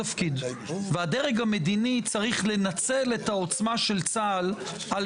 התפקיד של צה"ל הוא להגן על